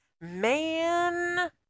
man